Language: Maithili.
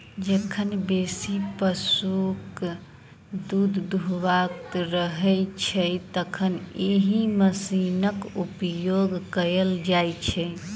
जखन बेसी पशुक दूध दूहबाक रहैत छै, तखन एहि मशीनक उपयोग कयल जाइत छै